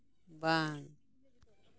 ᱵᱟᱝ